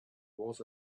was